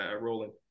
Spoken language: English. rolling